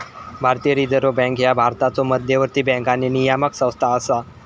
भारतीय reserve bank ह्या भारताचो मध्यवर्ती बँक आणि नियामक संस्था असा